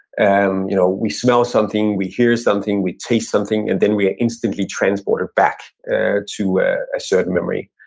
and you know we smell something, we hear something, we taste something, and then we are instantly transported back to a certain memory.